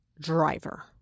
driver